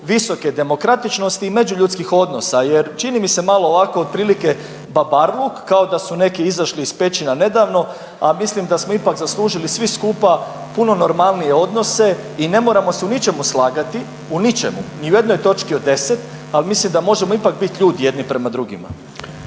visoke demokratičnosti i međuljudskih odnosa. Jer čini mi se malo ovako otprilike babarluk kao da su neki izašli iz pećina nedavno, a mislim da smo ipak zaslužili svi skupa puno normalnije odnose i ne moramo se u ničemu slagati, u ničemu, ni u jednoj točki od 10. Ali mislim da možemo ipak biti ljudi jedni prema drugima.